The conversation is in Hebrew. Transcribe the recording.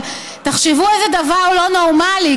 אבל תחשבו איזה דבר לא נורמלי,